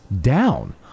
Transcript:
down